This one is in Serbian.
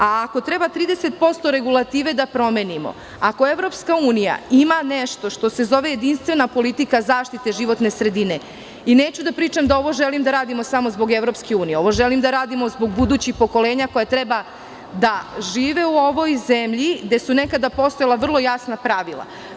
Ako treba 30% regulative da promenimo, ako EU ima nešto što se zove jedinstvena politika zaštite životne sredine, i neću da pričam da ovo želim da radimo samo zbog EU ovo želim da radimo zbog budućih pokolenja koja treba da žive u ovoj zemlji, gde su nekada postojala vrlo jasna pravila.